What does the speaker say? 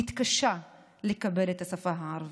מתקשה לקבל את השפה הערבית.